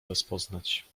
rozpoznać